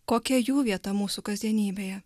kokia jų vieta mūsų kasdienybėje